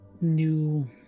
new